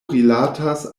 rilatas